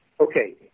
Okay